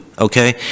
okay